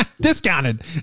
Discounted